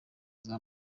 iyo